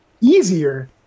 easier